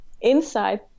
inside